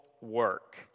work